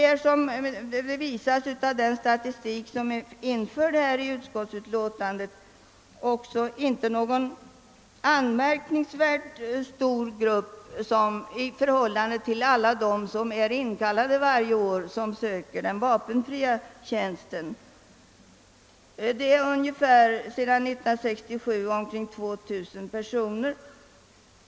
Såsom framgår av den statistik som är införd i utskottsutlåtandet är det inte någon anmärkningsvärt stor grupp, i förhållande till alla dem som är inkallade varje år, som söker vapenfri tjänst; det är sedan 1967 omkring 2 000 personer.